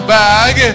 bag